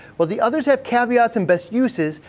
while the others have caveats and best uses,